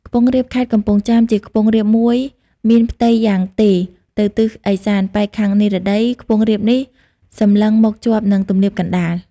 ខ្ពង់រាបខេត្តកំពង់ចាម ជាខ្ពង់រាបមួយមានផ្ទៃយ៉ាងទេរទៅទិសឦសាន ប៉ែកខាងនិរតី ខ្ពង់រាបនេះសម្លឹងមកជាប់នឹង ទំនាបកណ្តាល ។